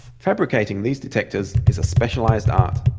fabricating these detectors is a specialized art,